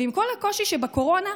ועם כל הקושי שבקורונה,